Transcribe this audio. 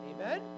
Amen